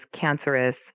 cancerous